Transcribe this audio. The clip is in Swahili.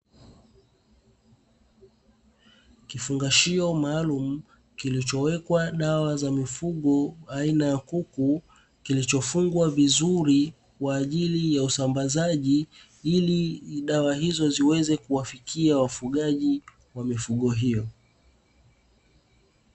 Kifungashio maalumu kilichowekwa dawa za mifugo aina ya kuku, kilichofungwa vizuri kwa ajili ya usambazaji ili dawa hizo ziweze kuwafikia wafugaji wa mifugo hiyo.